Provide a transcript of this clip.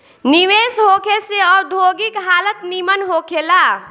निवेश होखे से औद्योगिक हालत निमन होखे ला